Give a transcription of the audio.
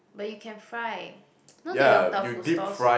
but you can fry know the Yong-Tau-Foo stalls